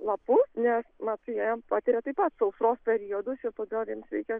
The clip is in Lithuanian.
lapus nes mat jie patiria taip pat sausros periodus todėl jiems reikia